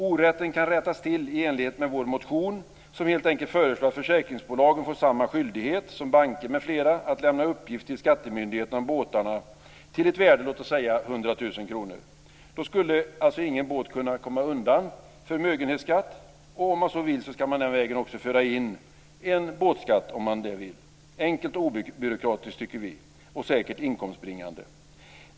Orätten kan rättas till i enlighet med vår motion, som helt enkelt föreslår att försäkringsbolagen ska få samma skyldighet som banker m.fl. att lämna uppgift till skattemyndigheten om båtar till ett värde av låt oss säga 100 000 kr. Då skulle ingen båt komma undan förmögenhetsskatt, och om man så vill kan man också den vägen föra in en båtskatt - enkelt och obyråkratiskt, tycker vi, och säkert inkomstbringande.